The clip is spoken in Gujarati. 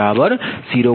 તેથી તમને λ0